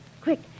quick